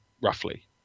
roughly